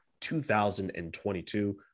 2022